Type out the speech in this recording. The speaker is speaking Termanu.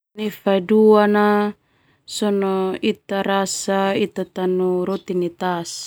Fai dua na sona ita rasa ita tanu rutinitas.